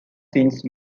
since